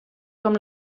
com